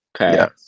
Okay